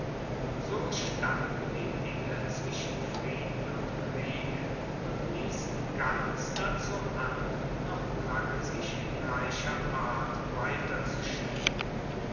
so standen die dinge zwischen frieden und krieg und ließen ganz dazu an noch lange sich in gleicher art